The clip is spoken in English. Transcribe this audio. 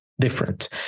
different